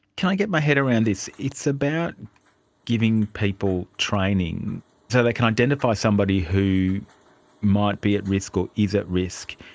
can i get my head around this it's about giving people training so they can identify somebody who might be at risk or is at risk,